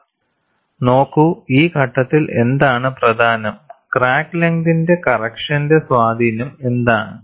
slide സമയം 3913 നോക്കൂ ഈ ഘട്ടത്തിൽ എന്താണ് പ്രധാനം ക്രാക്ക് ലെങ്തിന്റെ കറക്ക്ഷന്റെ സ്വാധീനം എന്താണ്